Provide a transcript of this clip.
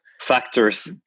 factors